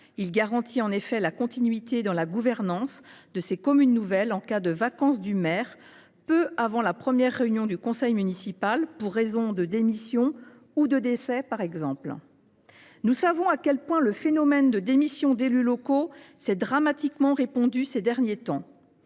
Il garantira en effet la continuité dans la gouvernance de ces communes nouvelles en cas de vacance du poste de maire peu avant la première réunion du conseil municipal, par exemple en cas de démission ou de décès. Nous savons à quel point le phénomène de démission d’élus locaux s’est dramatiquement répandu ces derniers temps.